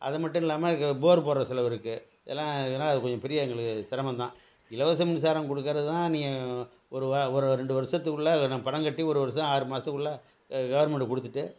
அது மட்டும் இல்லாமல் அதுக்கு போர் போடுகிற செலவு இருக்குது எல்லாம் இதனால் அது கொஞ்சம் பெரிய எங்களுக்கு சிரமம் தான் இலவச மின்சாரம் கொடுக்குறது தான் நீ ஒருவா ஒரு ரெண்டு வருஷத்துக்குள்ளே பணம் கட்டி ஒரு வருஷம் ஆறு மாதத்துக்குள்ள கவர்மெண்ட்டு கொடுத்துட்டு